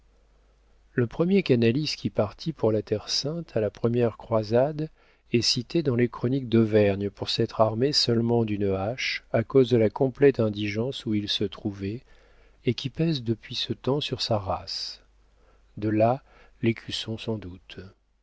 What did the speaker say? le premier canalis qui partit pour la terre-sainte à la première croisade est cité dans les chroniques d'auvergne pour s'être armé seulement d'une hache à cause de la complète indigence où il se trouvait et qui pèse depuis ce temps sur sa race de là l'écusson sans doute